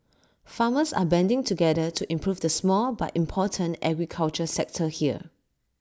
farmers are banding together to improve the small but important agriculture sector here